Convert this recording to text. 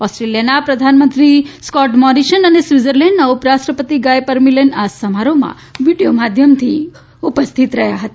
ઓસ્ટ્રીલીયાનાં પ્રધાનમંત્રી Scott Morrison અને સ્વિઝલેન્ડનાં ઉપરાષ્ટ્રપતિ ગાય પરમિલન આ સમારોહમાં વિડીયો માધ્યમથી ઉપસ્થિત રહ્યાં હતા